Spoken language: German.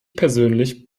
persönlich